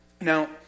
Now